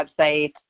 website